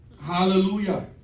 Hallelujah